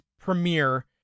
premiere